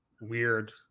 weird